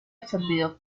absorbido